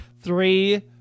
Three